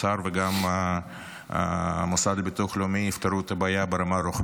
וגם המוסד לביטוח לאומי יפתרו את הבעיה ברמה הרוחבית,